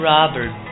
Robert